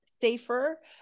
safer